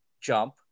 jump